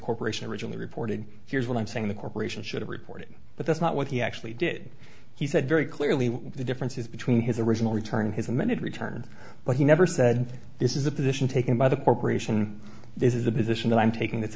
corporation originally reported here's what i'm saying the corporation should have reported but that's not what he actually did he said very clearly what the difference is between his original return his amended return but he never said this is a position taken by the corporation this is a position that i'm taking